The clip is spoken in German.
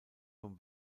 vom